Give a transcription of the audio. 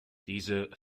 diese